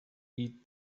eat